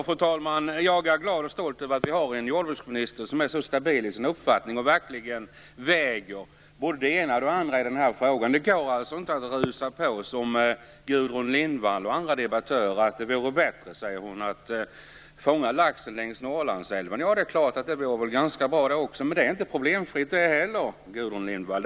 Fru talman! Jag är glad och stolt över att vi har en jordbruksminister som är så stabil i sin uppfattning och verkligen väger både det ena och det andra i den här frågan. Det går alltså inte att rusa på som Gudrun Lindvall och andra debattörer gör. Hon säger att det vore bättre att fånga laxen längs Norrlandsälven. Det är klart att det går ganska bra, men det är inte problemfritt det heller, Gudrun Lindvall.